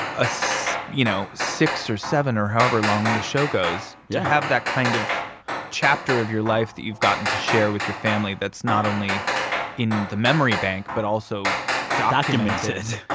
ah so you know, six or seven or however long the show goes. yeah to have that kind of chapter of your life that you've gotten to share with your family that's not only in the memory bank but also documented.